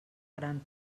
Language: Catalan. gran